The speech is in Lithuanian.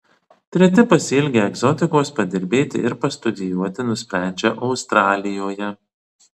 treti pasiilgę egzotikos padirbėti ir pastudijuoti nusprendžia australijoje